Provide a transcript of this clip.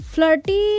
Flirty